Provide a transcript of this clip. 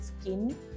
skin